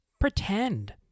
pretend